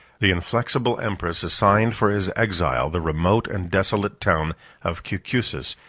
the inflexible empress assigned for his exile the remote and desolate town of cucusus,